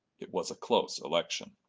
it was a close election.